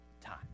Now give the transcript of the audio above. time